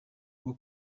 bwo